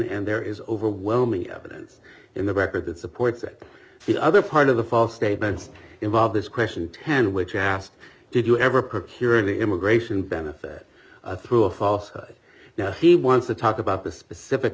and there is overwhelming evidence in the record that supports the other part of the false statements involved this question ten which i asked did you ever procuring immigration benefit through a falsehood now he wants to talk about the specific